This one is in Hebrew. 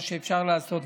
מה שאפשר לעשות,